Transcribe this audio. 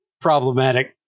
problematic